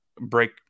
break